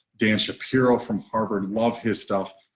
dan shapiro from harvard love his stuff.